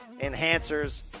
Enhancers